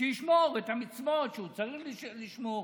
שישמור את המצוות שהוא צריך לשמור,